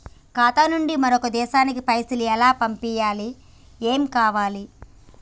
ఖాతా నుంచి వేరొక దేశానికి పైసలు ఎలా పంపియ్యాలి? ఏమేం కావాలి?